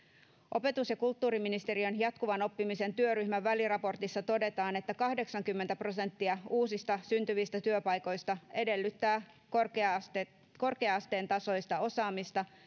opetus ja kulttuuriministeriön jatkuvan oppimisen työryhmän väliraportissa todetaan että kahdeksankymmentä prosenttia uusista syntyvistä työpaikoista edellyttää korkea asteen korkea asteen tasoista osaamista